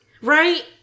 Right